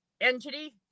entity